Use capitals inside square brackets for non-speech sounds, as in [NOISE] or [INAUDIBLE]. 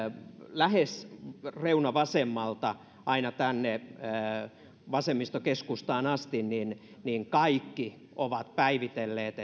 lähes reunavasemmalta aina tänne vasemmistokeskustaan asti niin niin kaikki ovat päivitelleet [UNINTELLIGIBLE]